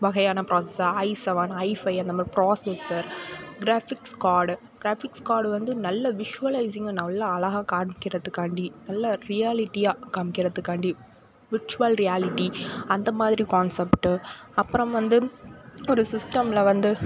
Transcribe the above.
வகையான processor I seven I five அந்த மாதிரி processor graphics card graphics card வந்து நல்ல விஷுவலைசிங்காக நல்ல அழகாக காமிக்கிறத்துக்காண்டி நல்ல ரியாலிட்டியாக காமிக்கிறத்துக்காண்டி விர்ச்சுவல் ரியாலிட்டி அந்த மாதிரி கான்செப்ட்டு அப்புறம் வந்து ஒரு சிஸ்டமில் வந்து